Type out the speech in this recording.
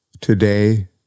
today